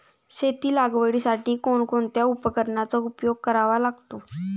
शेती लागवडीसाठी कोणकोणत्या उपकरणांचा उपयोग करावा लागतो?